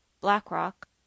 BlackRock